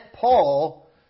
Paul